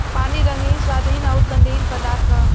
पानी रंगहीन, स्वादहीन अउरी गंधहीन पदार्थ ह